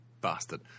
bastard